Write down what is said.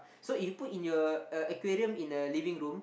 so if you put in your uh aquarium in a living room